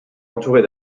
entourée